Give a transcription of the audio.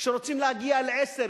כשרוצים להגיע ל-10.